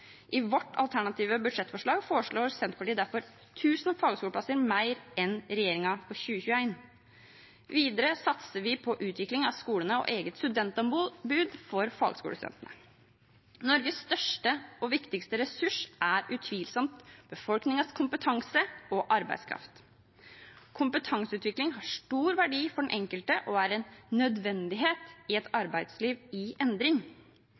I vårt alternative budsjettforslag foreslår Senterpartiet derfor 1 000 fagskoleplasser mer enn regjeringen for 2021. Videre satser vi på utvikling av skolene og et eget studentombud for fagskolestudentene. Norges største og viktigste ressurs er utvilsomt befolkningens kompetanse og arbeidskraft. Kompetanseutvikling har stor verdi for den enkelte og er en nødvendighet i et arbeidsliv i endring.